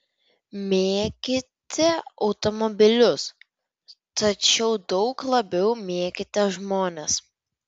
mėkite automobilius tačiau daug labiau mėkite žmones